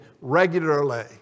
regularly